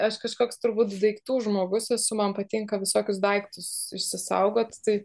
aš kažkoks turbūt daiktų žmogus esu man patinka visokius daiktus išsisaugot tai